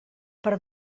per